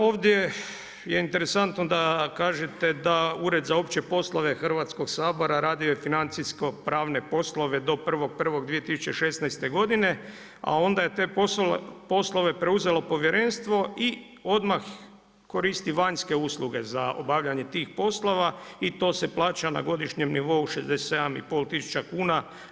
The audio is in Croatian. Ovdje je interesantno da kažete da Ured za opće poslove Hrvatskog sabora radio je financijsko-pravne poslove do 1.1.2016. godine a onda je te poslove preuzelo povjerenstvo i odmah koristi vanjske usluge za obavljanje tih usluga i to se plaća na godišnjem nivou 67 i pol tisuća kuna.